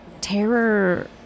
terror